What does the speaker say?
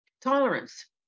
tolerance